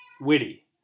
Witty